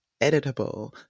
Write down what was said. editable